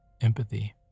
empathy